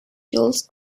jules